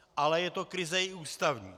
Ale je to krize i ústavní.